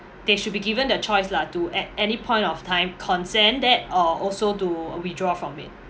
they should be given the choice lah to at any point of time consent that or also to withdraw from it